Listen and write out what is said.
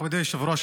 מכובדי היושב-ראש,